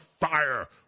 fire